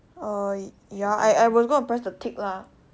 uh ya I I was going to press the tick lah